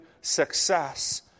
success